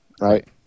right